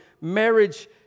marriage